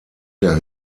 der